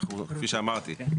כפי שאמרתי,